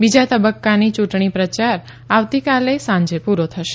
બીજા તબક્કા નો ચૂંટણી પ્રયાર આવતી કાલે સાંજે પૂરો થશે